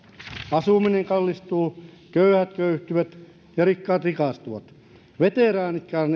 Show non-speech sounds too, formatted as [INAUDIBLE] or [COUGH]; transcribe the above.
asuminen kallistuu köyhät köyhtyvät ja rikkaat rikastuvat veteraanitkaan [UNINTELLIGIBLE]